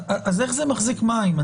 אז איך זה מחזיק מים?